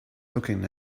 looking